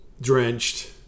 drenched